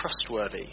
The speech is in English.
trustworthy